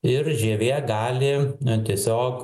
ir žievė gali tiesiog